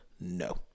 no